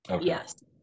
Yes